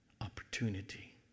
opportunity